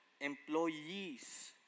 employees